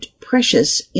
precious